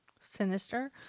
Sinister